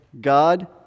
God